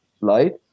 light